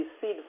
seed